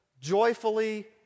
joyfully